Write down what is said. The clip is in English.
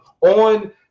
on